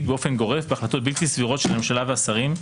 באופן גורף בהחלטות בלתי סבירות של הממשלה והשרים,